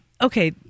okay